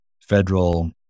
federal